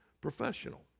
professional